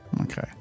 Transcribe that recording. Okay